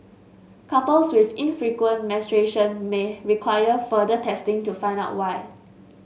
couples with infrequent menstruation may require further testing to find out why